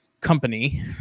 company